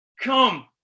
Come